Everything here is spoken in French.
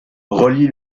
relie